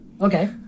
Okay